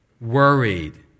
worried